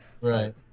Right